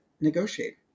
negotiate